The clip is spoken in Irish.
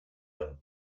ann